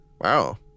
Wow